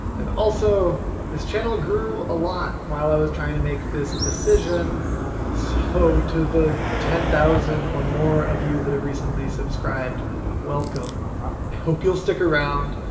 and also this channel grew a lot while i was trying to make this decision so to the ten thousand or more of you that have recently subscribed welcome! i hope you'll stick around,